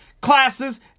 classes